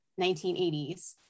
1980s